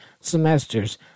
semesters